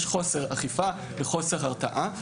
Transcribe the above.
יש חוסר אכיפה וחוסר הרתעה.